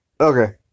Okay